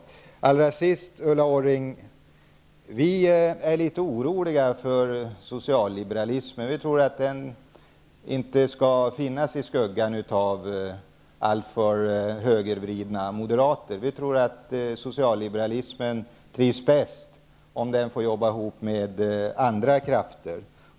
Till sist, Ulla Orring, är vi litet oroliga för socialliberalismen. Vi tror inte att den skall finnas i skuggan av alltför högervridna moderater. Vi tror att socialliberalismen trivs bäst om den får jobba ihop med andra krafter.